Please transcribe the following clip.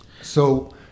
So-